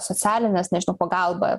socialines nežinau pagalbą